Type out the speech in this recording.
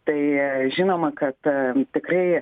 tai žinoma kad tikrai